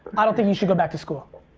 i don't think you should go back to school.